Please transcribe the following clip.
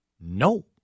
No